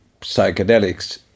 psychedelics